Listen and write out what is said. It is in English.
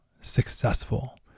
successful